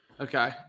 Okay